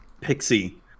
Pixie